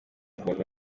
umuntu